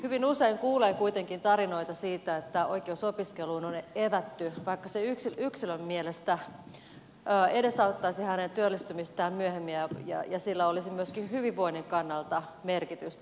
hyvin usein kuulee kuitenkin tarinoita siitä että oikeus opiskeluun on evätty vaikka se yksilön mielestä edesauttaisi hänen työllistymistään myöhemmin ja sillä olisi myöskin hyvinvoinnin kannalta merkitystä